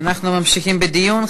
אנחנו ממשיכים בדיון.